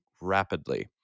rapidly